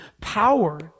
power